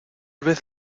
vez